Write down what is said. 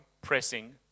pressing